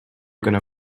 gonna